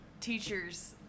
Teachers